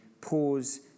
Pause